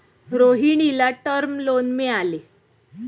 रोहिणीला term loan मिळाले